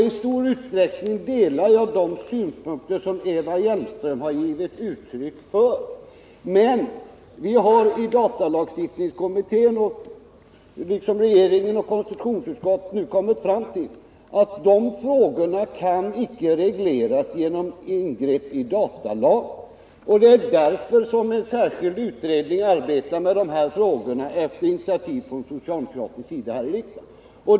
I stor utsträckning delar jag de synpunkter som Eva Hjelmström har anfört. Men vi har i datalagstiftningskommittén — liksom man gjort i regeringen och i konstitutionsutskottet — kommit fram till att de frågorna icke kan regleras genom ingrepp i datalagen. Det är därför som en särskild utredning arbetar med dessa frågor efter initiativ från socialdemokratisk sida här i riksdagen.